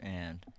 and-